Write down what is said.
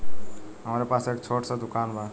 हमरे पास एक छोट स दुकान बा